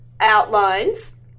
outlines